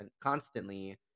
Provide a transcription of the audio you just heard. constantly